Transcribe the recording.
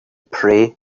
pray